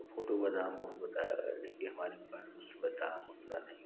तो फोटो का दाम बहुत बताया लेकिन हमारे पास उस समय था महँगा नहीं था